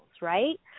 right